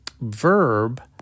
verb